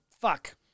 fuck